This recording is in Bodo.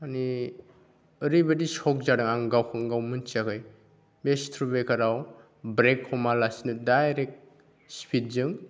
मानि ओरैबायदि शक जादों आं गावखौनो गाव मिन्थियाखै बे स्पिड ब्रेकाराव ब्रेक हमालासिनो डाइरेक्ट स्पिडजों